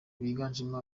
biganjemo